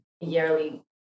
yearly